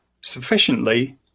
sufficiently